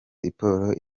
siporo